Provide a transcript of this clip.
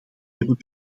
hebben